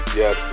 yes